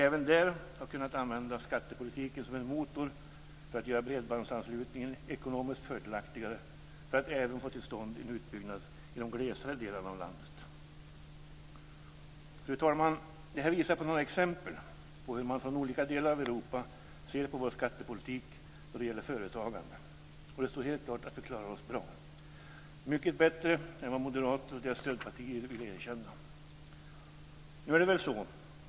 Även där har vi kunnat använda skattepolitiken som en motor för att göra bredbandsanslutningen ekonomiskt fördelaktigare och även få till stånd en utbyggnad i de glesare delarna av landet. Fru talman! Detta är några exempel på hur man från olika delar av Europa ser på vår skattepolitik då det gäller företagande. Det står helt klart att vi klarar oss bra, mycket bättre än vad moderater och deras stödpartier vill erkänna.